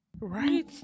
right